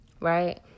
right